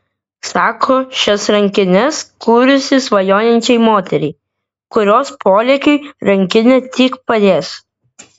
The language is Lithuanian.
sako šias rankines kūrusi svajojančiai moteriai kurios polėkiui rankinė tik padės